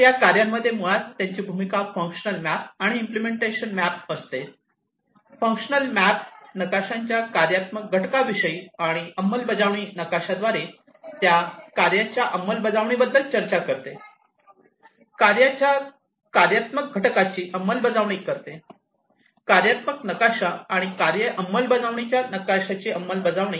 तर या कार्यांमध्ये मुळात त्यांची भूमिका फंक्शनल मॅप आणि इम्पलेमेंटेशन मॅप असते फंक्शनल मॅप कार्य नकाशांच्या कार्यात्मक घटकाविषयी आणि अंमलबजावणी नकाशाद्वारे त्या कार्यांच्या अंमलबजावणीबद्दल चर्चा करते कार्यांच्या कार्यात्मक घटकाची अंमलबजावणी करते कार्यात्मक नकाशा आणि कार्ये अंमलबजावणीच्या नकाशाची अंमलबजावणी